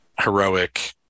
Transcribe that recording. heroic